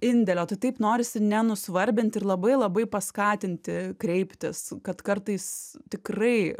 indelio tu taip norisi nenusvarbint ir labai labai paskatinti kreiptis kad kartais tikrai